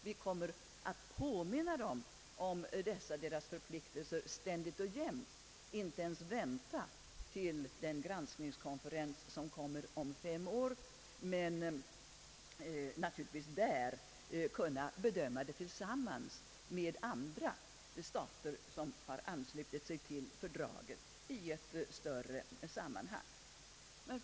Vi kommer att påminna dem om deras förpliktelser ständigt och jämt, inte ens avvakta granskningskonferensen om fem år, där vi dock naturligtvis får bedöma denna fråga i ett större sammanhang tillsammans med andra stater som har anslutit sig till fördraget.